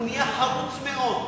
הוא נהיה חרוץ מאוד.